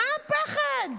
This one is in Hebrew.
מה הפחד?